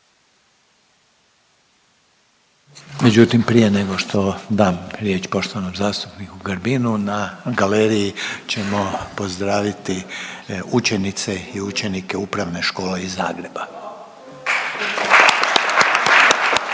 Međutim prije nego što dam riječ poštovanom zastupniku Grbinu na galeriji ćemo pozdraviti učenice i učenike Upravne škole iz Zagreba.